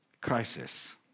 crisis